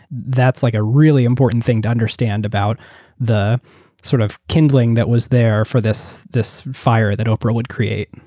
that's like a really important thing to understand about the sort of kindling that was there for this this fire that oprah would create.